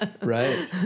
Right